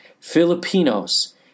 Filipinos